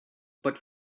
but